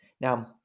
Now